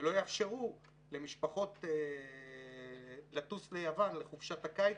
ולא יאפשרו למשפחות לטוס ליוון לחופשת הקיץ